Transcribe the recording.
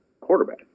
quarterback